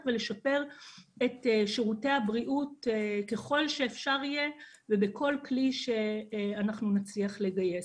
ולשפר את שירותי הבריאות ככל שאפשר ובכל כלי שאנחנו נצליח לגייס.